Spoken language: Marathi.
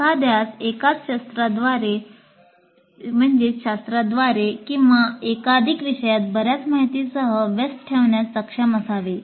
एखाद्यास एकाच शास्त्राद्वारे किंवा एकाधिक विषयात बर्याच माहितीसह व्यस्त ठेवण्यास सक्षम असावे